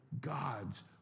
gods